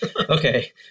Okay